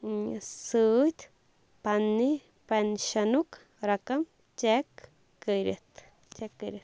ٲں سۭتۍ پَننہِ پیٚنشَنُک رقم چیٚک کٔرِتھ چیٚک کٔرِتھ